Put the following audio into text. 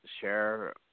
share